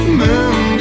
moon